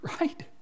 right